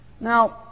Now